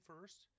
first